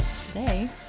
today